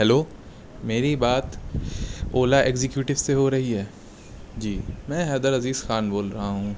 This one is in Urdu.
ہیلو میری بات اولا ایگزیکیٹو سے ہو رہی ہے جی میں حیدر عزیز خان بول رہا ہوں